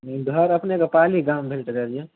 घर अपनेकऽ पाली गाम भेल चचाजी